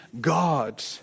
God